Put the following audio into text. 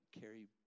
carry